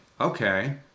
Okay